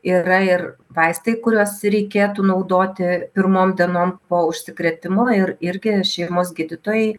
yra ir vaistai kuriuos reikėtų naudoti pirmom dienom po užsikrėtimo ir irgi šeimos gydytojai